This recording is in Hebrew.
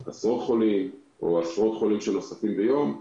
של עשרות חולים או של עשרות חולים שנוספים ביום,